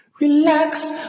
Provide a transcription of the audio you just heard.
Relax